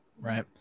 Right